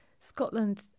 Scotland